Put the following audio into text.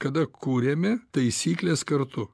kada kuriame taisykles kartu